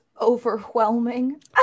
overwhelming